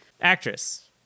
actress